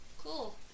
cool